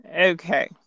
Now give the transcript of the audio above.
Okay